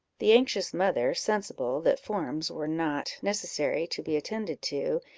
the anxious mother, sensible that forms were not necessary to be attended to,